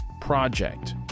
Project